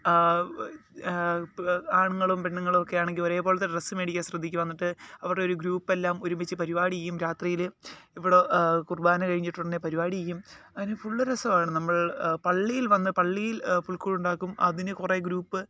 ആണുങ്ങളും പെണുങ്ങളുമൊക്കെ ആണെങ്കില് ഒരേപോലത്തെ ഡ്രസ്സ് മേടിക്കാന് ശ്രദ്ധിക്കും എന്നിട്ട് അവരുടെ ഒരു ഗ്രൂപ്പെല്ലാം ഒരുമിച്ച് പരുപാടിയേയ്യും രാത്രിയില് ഇവിടെ കുര്ബാന കഴിഞ്ഞിട്ടുടനെ പരുപാടിയേയ്യും അങ്ങനെ ഫുള്ള് രസമാണ് നമ്മൾ പള്ളിയിൽ വന്ന് പള്ളിയിൽ പുൽക്കൂടുണ്ടാക്കും അതിന് കുറേ ഗ്രൂപ്പ്